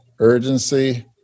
urgency